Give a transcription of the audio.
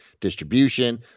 distribution